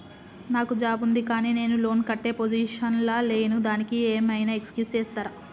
నాకు జాబ్ ఉంది కానీ నేను లోన్ కట్టే పొజిషన్ లా లేను దానికి ఏం ఐనా ఎక్స్క్యూజ్ చేస్తరా?